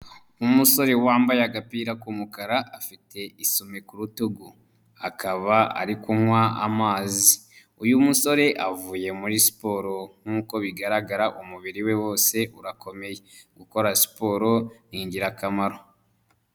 Umusore wambaye agapira k'umukara afite isume ku rutugu, akaba ari kunywa amazi, uyu musore avuye muri siporo nk'uko bigaragara umubiri we wose urakomeye. Gukora siporo ni ingirakamaro.